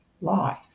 life